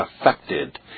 affected